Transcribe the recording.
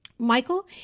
Michael